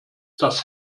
das